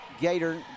Gator